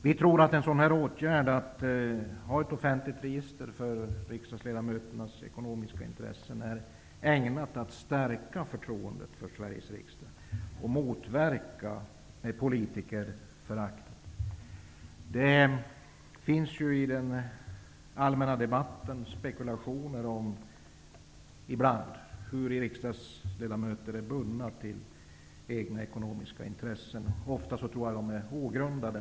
Vi tror att ett offentligt register med riksdagsdagsledamöternas ekonomiska intressen skulle stärka förtroendet för Sveriges riksdag och motverka politikerföraktet. I den allmänna debatten spekuleras det ibland om hur riksdagsledamöterna är bundna till egna ekonomiska intressen. Ofta tror jag att dessa spekulationer är ogrundade.